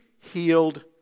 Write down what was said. healed